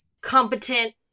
competent